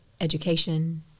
education